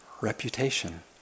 reputation